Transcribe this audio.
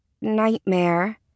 nightmare